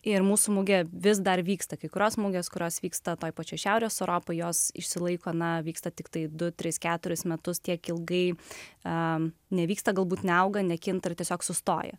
ir mūsų muge vis dar vyksta kai kurios mugės kurios vyksta toje pačioje šiaurės europoje jos išsilaiko na vyksta tiktai du tris keturis metus tiek ilgai a nevyksta galbūt neauga nekinta tiesiog sustoja